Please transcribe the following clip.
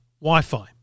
Wi-Fi